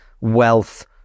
wealth